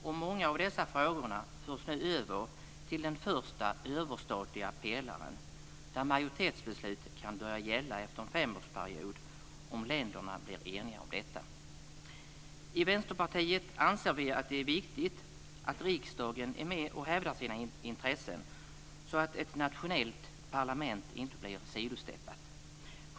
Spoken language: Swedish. Och många av dessa frågor förs nu över till den första, överstatliga pelaren, där majoritetsbeslut kan börja gälla efter en femårsperiod om länderna blir eniga om detta. I Vänsterpartiet anser vi att det är viktigt att riksdagen är med och hävdar sina intressen så att ett nationellt parlament inte blir sidosteppat.